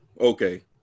okay